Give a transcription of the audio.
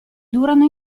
durano